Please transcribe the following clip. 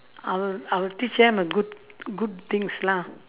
I will I will teach them a good good things lah